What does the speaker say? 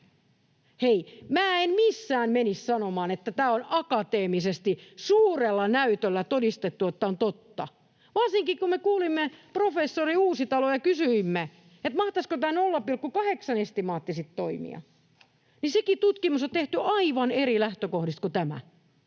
en missään menisi sanomaan, että tämä on akateemisesti, suurella näytöllä todistettu, että tämä on totta, varsinkin, kun me kuulimme professori Uusitaloa ja kysyimme, mahtaisiko tämä 0,8:n estimaatti sitten toimia. Sekin tutkimus on tehty aivan eri lähtökohdista kuin tämä.